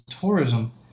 Tourism